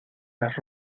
las